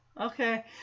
Okay